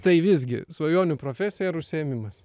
tai visgi svajonių profesija ar užsiėmimas